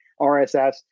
RSS